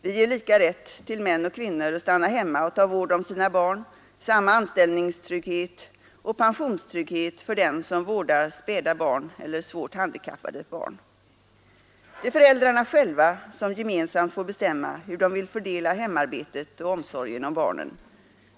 Vi ger lika rätt till män och kvinnor att stanna hemma och ta vård om sina barn, samma anställningstrygghet och pensionstrygghet för den som vårdar späda eller svårt handikappade barn. Det är föräldrarna själva som gemensamt får bestämma hur de vill fördela hemarbetet och omsorgen om barnen.